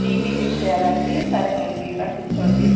BP check చెయ్యాలా అండి సరేనండి ఇలా కుర్చోండి